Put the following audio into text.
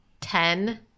Ten